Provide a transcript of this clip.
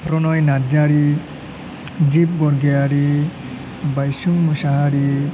Pranay Narzary Dip Borgoyari Baisung Mushahary